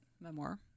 memoir